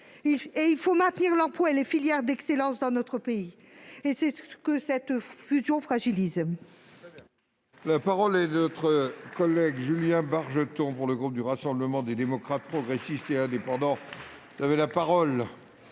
il faut maintenir l'emploi et les filières d'excellence dans notre pays, ce que cette fusion fragilise.